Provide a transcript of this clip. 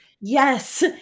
Yes